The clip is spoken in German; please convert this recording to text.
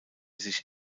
sich